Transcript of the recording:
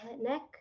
neck